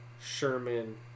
Sherman